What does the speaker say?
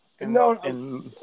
No